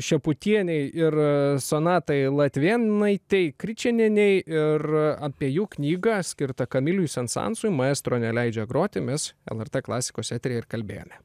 šeputienei ir sonatai latvėnaitei kričėnienei ir abiejų knygą skirtą kamiliui sensansui maestro neleidžia groti mes lrt klasikos eteryje ir kalbėjome